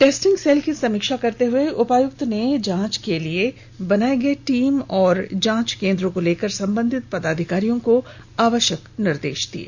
testing cell की समीक्षा करते हुए उपायुक्त ने जांच के लिए बनाये गये टीम और जांच केन्द्र को लेकर संबंधित पदाधिकारियों को आवश्यक निदेश दिये